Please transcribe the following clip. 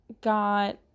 got